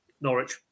Norwich